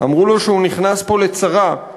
אמרו לו שהוא נכנס פה לצרה /